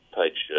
page